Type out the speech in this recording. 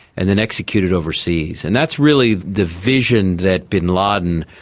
and then executed overseas. and that's really the vision that bin laden,